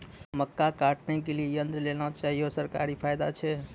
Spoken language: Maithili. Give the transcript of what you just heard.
मक्का काटने के लिए यंत्र लेल चाहिए सरकारी फायदा छ?